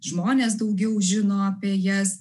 žmonės daugiau žino apie jas